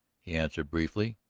he answered briefly.